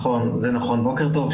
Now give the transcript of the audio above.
בוקר טוב,